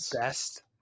best